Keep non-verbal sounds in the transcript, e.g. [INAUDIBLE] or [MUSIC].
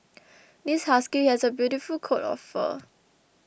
[NOISE] this husky has a beautiful coat of fur